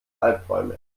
albträume